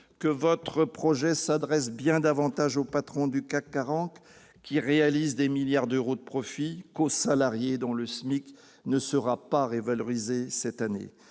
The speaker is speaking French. que votre projet s'adresse bien davantage aux patrons du CAC 40, qui réalisent des milliards d'euros de profit, qu'aux salariés dont le Smic ne sera pas revalorisé cette année.